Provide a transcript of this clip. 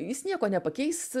jis nieko nepakeis